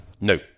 No